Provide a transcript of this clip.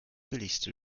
billigste